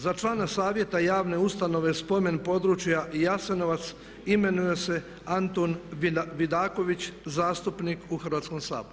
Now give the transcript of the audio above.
Za člana Savjeta javne ustanove spomen područja Jasenovac imenuje se Antun Vidaković, zastupnik u Hrvatskom saboru.